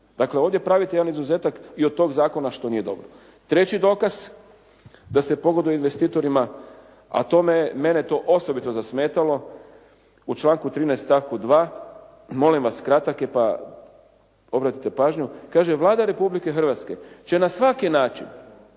Dakle, ovdje pravite jedan izuzetak i od toga zakona, što nije dobro. Treći dokaz, da se pogoduje investitorima, a mene je to osobito zasmetalo u članku 13. stavku 2., molim vas kratak je pa obratite pažnju. Kaže Vlada Republike Hrvatske će na svaki način,